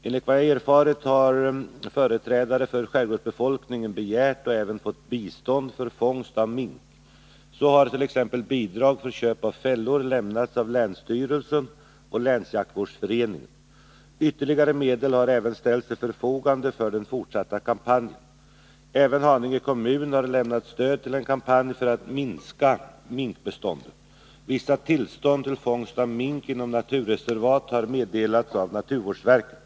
Enligt vad jag erfarit har företrädare för skärgårdsbefolkningen begärt och även fått bistånd för fångst av mink. Så hart.ex. bidrag för köp av fällor lämnats av länsstyrelsen och länsjaktvårdsföreningen. Ytterligare medel har även ställts till förfogande för den fortsatta kampanjen. Även Haninge kommun har lämnat stöd till en kampanj för att minska minkbeståndet. Vissa tillstånd till fångst av mink inom naturreservat har meddelats av naturvårdsverket.